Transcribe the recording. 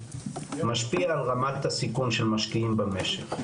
משפיע על רמת הסיכון של משקיעים במשק,